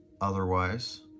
otherwise